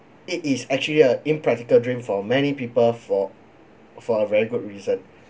it is actually a impractical dream for many people for for a very good reason